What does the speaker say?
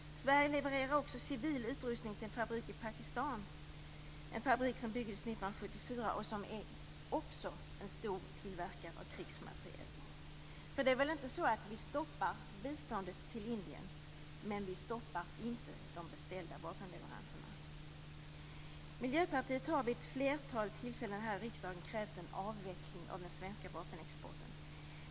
Sverige levererar också civil utrustning till en fabrik i Pakistan som byggdes 1974 och som också är en stor tillverkare av krigsmateriel. Det är väl inte så att vi stoppar biståndet till Indien men stoppar inte de beställda vapenleveranserna? Miljöpartiet har vid ett flertal tillfällen här i riksdagen krävt en avveckling av den svenska vapenexporten.